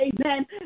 amen